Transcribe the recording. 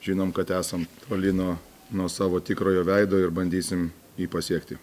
žinom kad esam toli nuo nuo savo tikrojo veido ir bandysim jį pasiekti